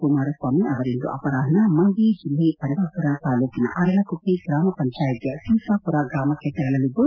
ಕುಮಾರಸ್ವಾಮಿ ಅವರಿಂದು ಅಪರಾಷ್ನ ಮಂಡ್ಯ ಜಿಲ್ಲೆ ಪಾಂಡವಪುರ ತಾಲೂಕಿನ ಅರಳಕುಪ್ಪೆ ಗ್ರಾಮ ಪಂಚಾಯಿತಿಯ ಸೀತಾಪುರ ಗ್ರಾಮಕ್ಕೆ ತೆರಳಲಿದ್ದು